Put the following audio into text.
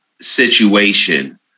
situation